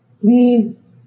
Please